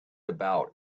about